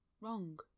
wrong